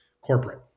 corporate